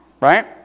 right